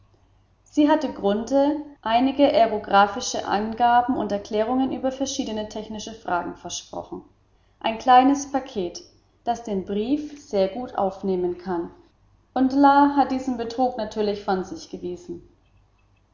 sie hatte grunthe einige areographische angaben und aufklärung über verschiedene technische fragen versprochen ein kleines paket das den brief sehr gut aufnehmen kann und la hat diesen betrug natürlich von sich